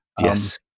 Yes